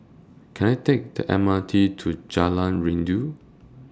Can I Take The M R T to Jalan Rindu